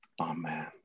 Amen